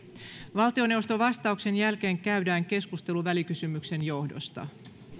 valtioneuvoston vastauksen jälkeen käydään keskustelu välikysymyksen johdosta